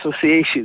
associations